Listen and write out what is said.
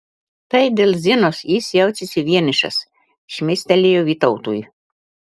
tai dėl zinos jis jaučiasi vienišas šmėstelėjo vytautui